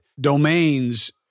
domains